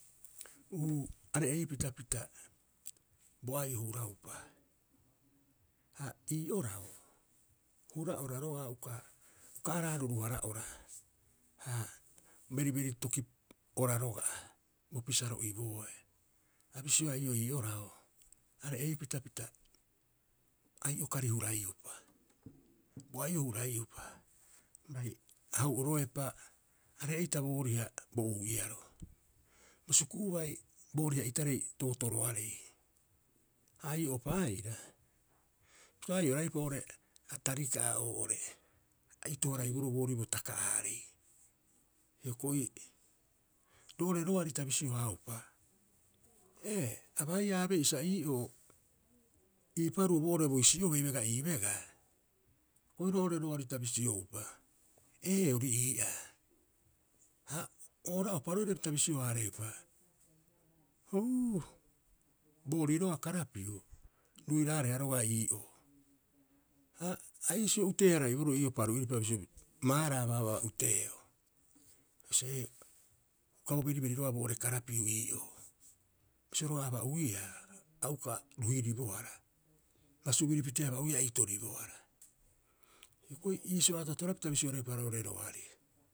U'uu, are'eipita pita bo ai'o huraupa, ha ii orao hura ora roga'a uka, uka araaruruhara ora. Ha beriberi toki ora roga'a, bo pisaro ibooe. A bisioea ii'oo ii orao, Are'eipita pita ai'o kari huraaiupa bo ai'o a huraiiupa bai hau'oroepa aree'ita booriha bo ou'iaro, bo suku'u bai booriha itarei tootooroarei. Ha ai'o'upa aira pita o ai'o- haraiiupa oo'ore atari ka'a oo'ore e a ito- haraiboroo boorii bo taka'aarei. Hioko'i roo'ore roari ta bisio- haaupa, ee abaiia abe'isa ii'oo ii paruo boo'ore boisi'obei bega ii begaa? Hioko'i roo ore roari ta bisioupa, ee ori ii'aa. Hao ora'opa roira pita bisio- haareupa, ohuu boorii roga'a karapiu, roirareha roga'a ii'oo. Ha iisio utee- haraiboroo ii'oo paru'iripa bisio, maaraa baabaa utee'oo. Bisio ee, uka bo beriberi roga'a boo'ore karapiu ii'oo. Bisio roga'a aba'uiaa, a uka ruhiribohara, basubiri pitee aba'uiia a itoribohara. Hioko'i iisio ato'atoroehara pita bisioreupa roo'ore roari.